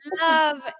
love